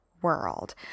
World